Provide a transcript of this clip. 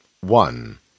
One